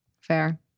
Fair